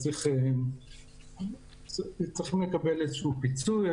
אז צריכים לקבל איזושהי פיצוי.